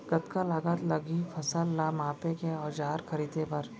कतका लागत लागही फसल ला मापे के औज़ार खरीदे बर?